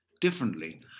differently